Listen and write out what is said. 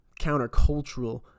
countercultural